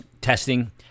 testing